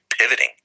pivoting